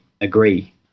agree